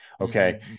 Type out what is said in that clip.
okay